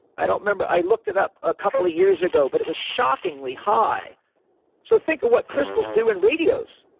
i don't remember. i looked it up a couple of years ago, but it was shockingly high so think of what crystals do in radios.